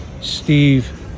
Steve